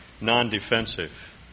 Non-defensive